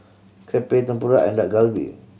Crepe Tempura and Dak Galbi